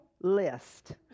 list